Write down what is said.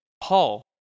Paul